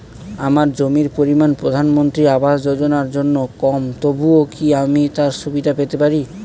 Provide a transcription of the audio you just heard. আমার জমির পরিমাণ প্রধানমন্ত্রী আবাস যোজনার জন্য কম তবুও কি আমি তার সুবিধা পেতে পারি?